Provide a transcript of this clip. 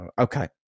Okay